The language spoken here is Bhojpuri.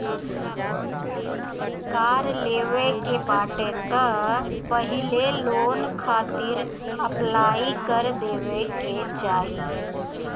कार लेवे के बाटे तअ पहिले लोन खातिर अप्लाई कर देवे के चाही